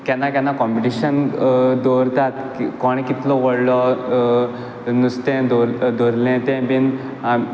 केन्नाकेन्ना competition दवरतात कोणें कितलो व्हडलो नुस्तें धोरलें तें बीन